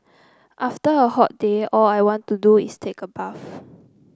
after a hot day all I want to do is take a bath